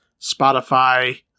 Spotify